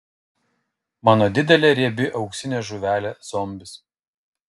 mano didelė riebi auksinė žuvelė zombis